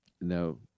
No